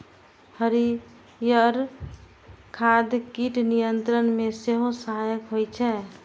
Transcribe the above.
हरियर खाद कीट नियंत्रण मे सेहो सहायक होइ छै